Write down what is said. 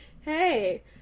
hey